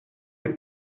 les